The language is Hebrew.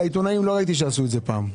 על העיתונאים לא ראיתי שעשו את זה פעם,